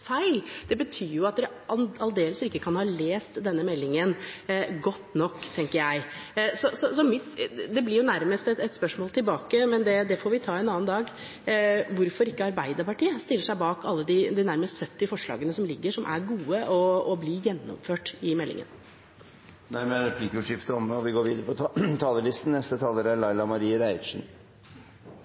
feil. Det betyr at man aldeles ikke kan ha lest denne meldingen godt nok, tenker jeg. Så det blir nærmest et spørsmål tilbake – men det får vi ta en annen dag – om hvorfor Arbeiderpartiet ikke stiller seg bak de nær 70 forslagene som foreligger i meldingen, og som er gode og blir gjennomført. Replikkordskiftet er omme. Livet begynner med ei jente og ein gut. Allereie ved fødselen lagar biologien lite grann krøll i likskapstankegangen. Vi